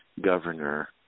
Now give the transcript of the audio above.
governor